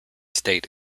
state